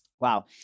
Wow